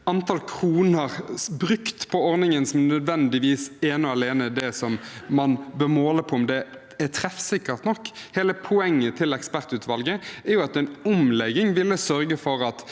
antall kroner brukt på ordningen som ene og alene er det man bør måle med tanke på om den er treffsikker nok. Hele poenget til ekspertutvalget er at en omlegging ville sørget for at